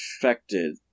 affected